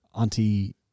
Auntie